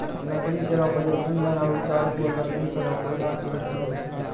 लकड़ी केरो प्रयोग ईंधन आरु चारकोल लकड़ी केरो कोयला क रुप मे होय छै